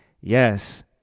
Yes